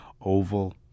oval